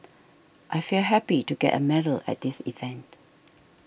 I feel happy to get a medal at this event